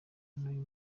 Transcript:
n’uyu